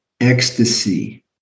ecstasy